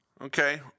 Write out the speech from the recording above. Okay